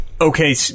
okay